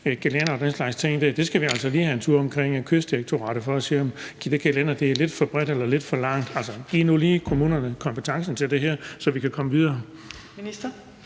ting skal vi altså lige have en tur omkring Kystdirektoratet, altså for at se, om et gelænder er lidt for bredt eller lidt for langt. Altså, giv nu lige kommunerne kompetencen til det her, så vi kan komme videre.